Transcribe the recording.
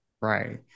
Right